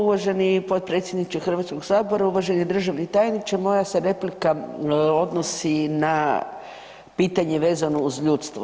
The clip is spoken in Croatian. Uvaženi potpredsjedniče Hrvatskoga sabora, uvaženi državni tajniče moja se replika odnosi na pitanje vezano uz ljudstvo.